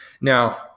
now